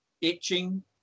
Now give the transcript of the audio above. itching